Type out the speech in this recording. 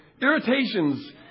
irritations